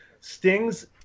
Sting's